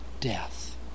death